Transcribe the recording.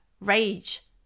rage